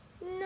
No